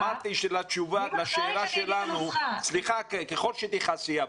אמרתי שהתשובה לשאלה שלנו ------ ככל שתכעסי,